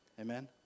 Amen